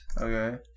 Okay